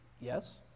Yes